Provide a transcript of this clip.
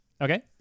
Okay